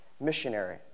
missionary